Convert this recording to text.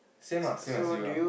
same ah same as you ah